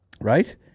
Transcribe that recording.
Right